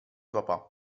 papà